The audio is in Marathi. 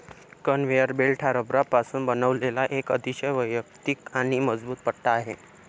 कन्व्हेयर बेल्ट हा रबरापासून बनवलेला एक अतिशय वैयक्तिक आणि मजबूत पट्टा आहे